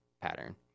pattern